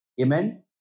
Amen